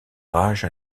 rage